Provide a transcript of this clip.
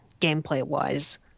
gameplay-wise